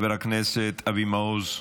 חבר הכנסת אבי מעוז,